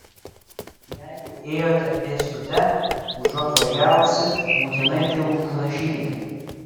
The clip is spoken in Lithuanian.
jeigu ėjote pėstute užuot važiavusi būtinai tai užrašykite